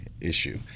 issue